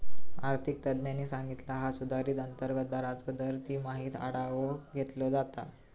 आर्थिक तज्ञांनी सांगितला हा सुधारित अंतर्गत दराचो दर तिमाहीत आढावो घेतलो जाता